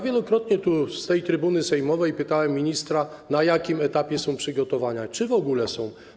Wielokrotnie tu, z tej trybuny sejmowej, pytałem ministra, na jakim etapie są przygotowania i czy w ogóle są.